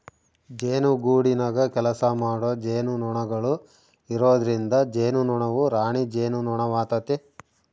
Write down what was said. ಜೇನುಗೂಡಿನಗ ಕೆಲಸಮಾಡೊ ಜೇನುನೊಣಗಳು ಇರೊದ್ರಿಂದ ಜೇನುನೊಣವು ರಾಣಿ ಜೇನುನೊಣವಾತತೆ